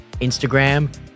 Instagram